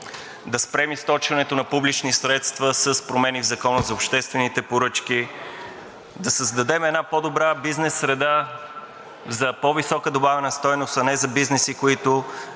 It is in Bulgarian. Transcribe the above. да спрем източването на публични средства с промени в Закона за обществените поръчки, да създадем една по-добра бизнес среда за по-висока добавена стойност, а не за бизнеси, които